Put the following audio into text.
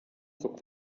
zog